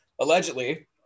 Allegedly